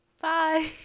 Bye